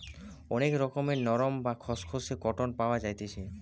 অনেক রকমের নরম, বা খসখসে কটন পাওয়া যাইতেছি